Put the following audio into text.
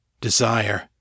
desire